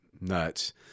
nuts